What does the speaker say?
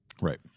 Right